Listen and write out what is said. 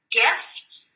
gifts